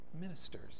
ministers